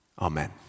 Amen